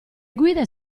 guide